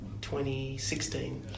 2016